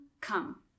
come